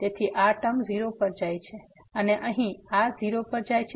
તેથી આ ટર્મ 0 પર જાય છે અને અહીં આ 0 પર જાય છે